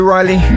Riley